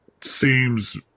seems